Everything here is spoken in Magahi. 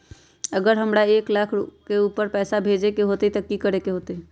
अगर हमरा एक लाख से ऊपर पैसा भेजे के होतई त की करेके होतय?